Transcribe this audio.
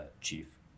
chief